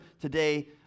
today